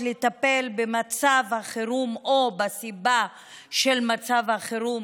לטפל במצב החירום או בסיבה של מצב החירום,